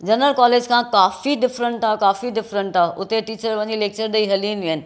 general college खां काफ़ी different आहे काफी डिफ्रेन्ट आहे हुते टीचर वञी लेक्चर ॾेई हली ईंदियूं आहिनि